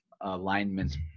alignments